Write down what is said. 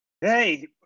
Hey